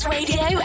Radio